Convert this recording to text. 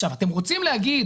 עכשיו, אתם רוצים להגיד